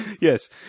Yes